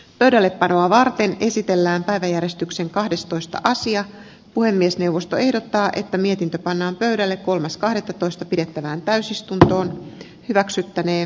pöydälle panoa varten esitellään päiväjärjestyksen kahdestoista asia puhemiesneuvosto ehdottaa että mietintö pannaan pöydälle kolmas kahdettatoista pidettävään täysistuntoon hyväksyttäneen